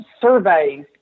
surveys